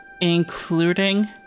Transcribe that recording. including